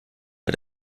bei